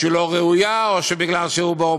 שהיא לא ראויה, או מפני שהוא באופוזיציה,